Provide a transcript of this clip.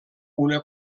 una